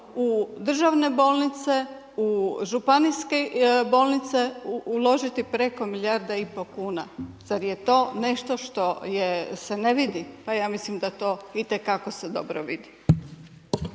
u državne bolnice, u županijske bolnice uložiti preko milijarda i pol kuna. Zar je to nešto što se ne vidi? Pa ja mislim da to itekako se dobro vidi.